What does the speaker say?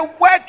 work